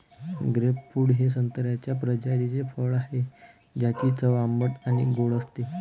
grapefruit हे संत्र्याच्या प्रजातीचे फळ आहे, ज्याची चव आंबट आणि गोड असते